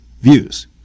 views